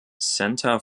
center